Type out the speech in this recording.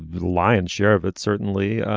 lion's share of it certainly.